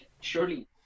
surely